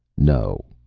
no.